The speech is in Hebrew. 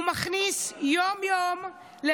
הוא חוזר על